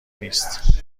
نیست